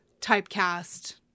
typecast